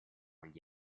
gli